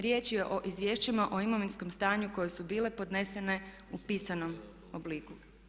Riječ je o izvješćima o imovinskom stanju koje su bile podnesene u pisanom obliku.